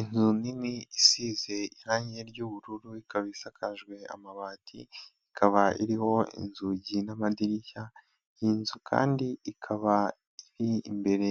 Inzu nini isize irangi ry'ubururu ikaba isakajwe amabati, ikaba iriho inzugi n'amadirishya, iyi nzu kandi ikaba iri imbere